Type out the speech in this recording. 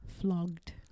Flogged